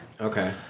Okay